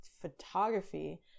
photography